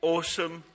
Awesome